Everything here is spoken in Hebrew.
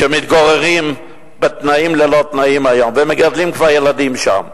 שמתגוררים בתנאים לא תנאים היום ומגדלים כבר ילדים שם.